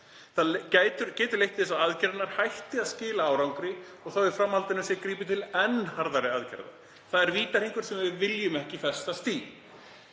Það getur leitt til þess að aðgerðirnar hætti að skila árangri og að í framhaldinu sé þá gripið til enn harðari aðgerða. Það er vítahringur sem við viljum ekki festast í.